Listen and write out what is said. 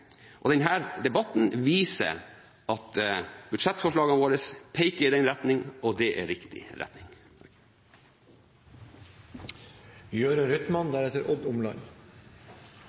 debatten viser at budsjettforslagene våre peker i den retning, og det er riktig retning. Det er på tide å gjøre